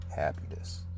happiness